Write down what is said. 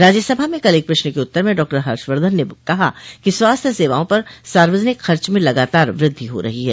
राज्यसभा में कल एक प्रश्न के उत्तर में डॉक्टर हर्षवर्धन ने कहा कि स्वास्थ्य सेवाओं पर सार्वजनिक खर्च में लगातार वृद्धि हो रही है